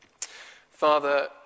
Father